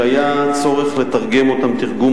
בתור נותנת שירות,